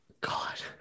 God